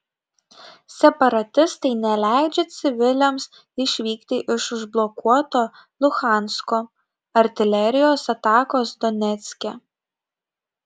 separatistai neleidžia civiliams išvykti iš užblokuoto luhansko artilerijos atakos donecke